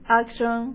action